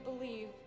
believe